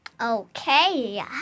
Okay